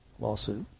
lawsuit